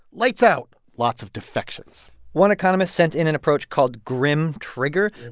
lights out, lots of defections one economist sent in an approach called grim trigger.